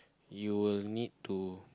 you will need to